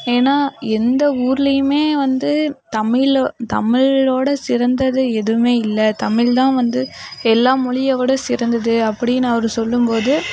ஏன்னா எந்த ஊர்லேயுமே வந்து தமிழோ தமிழோட சிறந்தது எதுவுமே இல்லை தமிழ் தான் வந்து எல்லாம் மொழியை விட சிறந்தது அப்படின்னு அவர் சொல்லும்போது